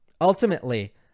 Ultimately